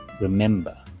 Remember